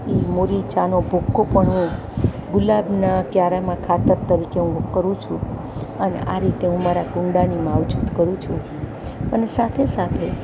એ મોળી ચાનો ભૂક્કો પણ હું ગુલાબના ક્યારામાં ખાતર તરીકે હું કરું છું અને આ રીતે હું મારા કુંડાની માવજત કરું છું અને સાથે સાથે